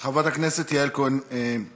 חברת הכנסת יעל כהן-פארן,